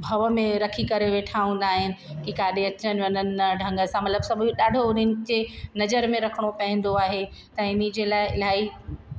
भउ में रखी करे ठाहींदा आहिनि कि काॾहें अचनि वञनि न ढंग सां मतलबु सभु ॾाढो उन्हनि जे नज़र में रखिणो पवंदो आहे त हिनजे लाइ इलाही